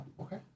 okay